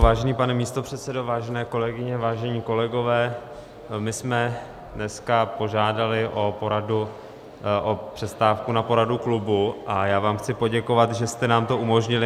Vážený pane místopředsedo, vážené kolegyně, vážení kolegové, my jsme dneska požádali o přestávku na poradu klubu a já vám chci poděkovat, že jste nám to umožnili.